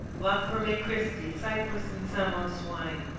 lachrymae christi, cyprus and samos wine.